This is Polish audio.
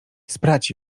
sprać